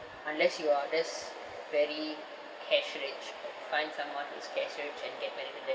unless you are those very cash rich find someone who is cash rich and get married with them